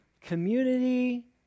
community